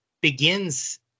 begins